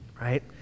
right